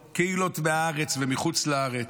קהילות מהארץ ומחוץ לארץ,